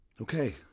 Okay